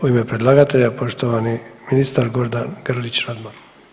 U ime predlagatelja poštovani ministar Gordan Grlić Radman.